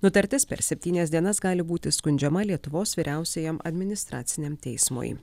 nutartis per septynias dienas gali būti skundžiama lietuvos vyriausiajam administraciniam teismui